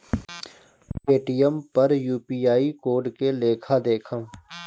Paytm पर UPI code के लेखा देखम?